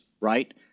right